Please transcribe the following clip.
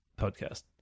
podcast